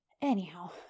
Anyhow